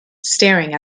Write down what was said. staring